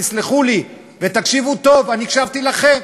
תסלחו לי, ותקשיבו טוב, אני הקשבתי לכם.